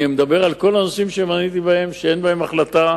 אני מדבר על כל הנושאים שמניתי שבהם אין החלטה,